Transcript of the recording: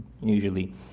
usually